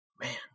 man